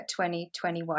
2021